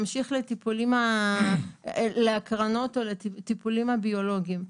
ממשיך להקרנות או לטיפולים ביולוגיים.